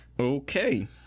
Okay